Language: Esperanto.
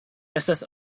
estis